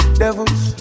devils